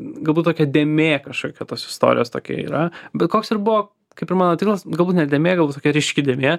galbūt tokia dėmė kažkokia tos istorijos tokia yra bet koks ir buvo kaip ir mano tikslas galbūt ne dėmė galbūt tokia ryški dėmė